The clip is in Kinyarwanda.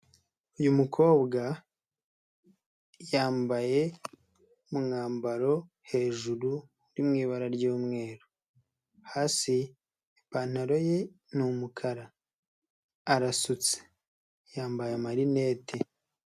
Uyu mukobwa yambaye umwambaro hejuru uri mu ibara ry'umweru, hasi ipantaro ye ni umukara, arasutse, yambaye amarinete.